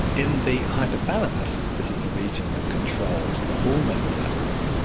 in the hypothalamus, this is the region that controls the hormone levels,